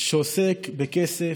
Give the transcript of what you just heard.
שעוסק בכסף,